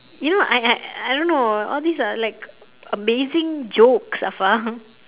you know I I I don't know all these are like amazing jokes afar